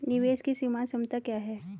निवेश की सीमांत क्षमता क्या है?